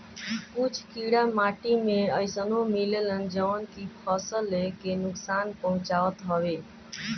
कुछ कीड़ा माटी में अइसनो मिलेलन जवन की फसल के नुकसान पहुँचावत हवे